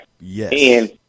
Yes